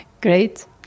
Great